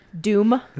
Doom